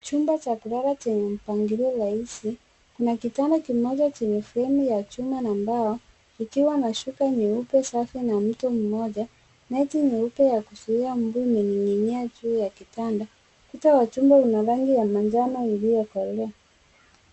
Chumba cha kulala chenye mpangilio rahisi. Lina kitanda kimoja chenye fremu ya chuma na mbao kikiwa na shuka nyeupe safi na mtu mmoja. Neti nyeupe ya kuzuia mbuu imening'inia juu ya kitanda. Kuta wa chumba una rangi ya manjano iliyokolea.